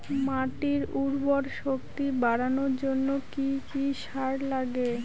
মাটির উর্বর শক্তি বাড়ানোর জন্য কি কি সার লাগে?